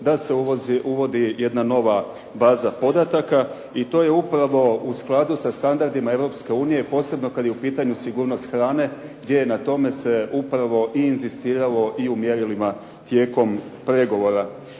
da se uvodi jedna nova baza podataka i to je upravo u skladu sa standardima Europske unije, posebno kad je u pitanju sigurnost hrane gdje na tome se upravo i inzistiralo i u mjerilima tijekom pregovora.